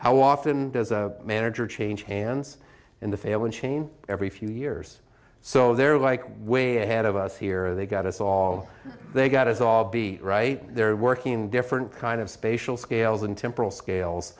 how often does a manager change hands in the failing chain every few years so they're like way ahead of us here they got us all they got is all be right they're working different kind of spatial scales and temporal scales